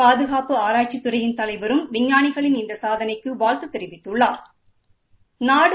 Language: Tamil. பாதுகாப்பு ஆராய்ச்சித்துறையின் தலைவரும் விஞ்ஞானிகளின் இந்த சாதனைக்கு வாழ்த்து தெரிவித்துள்ளாா்